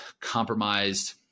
compromised